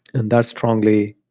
and that's strongly